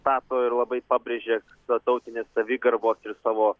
stato ir labai pabrėžia savo tautinės savigarbos ir savo